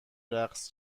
رقص